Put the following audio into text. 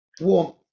Warm